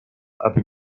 aby